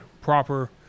proper